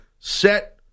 Set